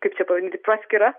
kaipčia pavadinti praskyra